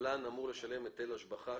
שהקבלן אמור לשלם השבחה